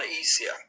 easier